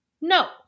no